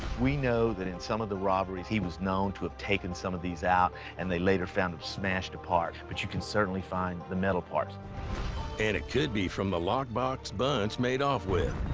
we know that in some of the robberies, he was known to have taken some of these out and they later found them smashed apart, but you can certainly find the metal parts. narrator and it could be from the lockbox bunch made off with,